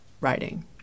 writing